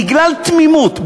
בגלל תמימות,